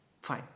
Fine